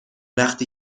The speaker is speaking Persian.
وقتی